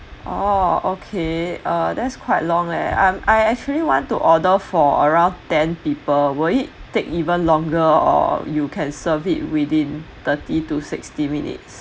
orh okay uh that's quite long leh I'm I actually want to order for around ten people will it take even longer or you can serve it within thirty to sixty minutes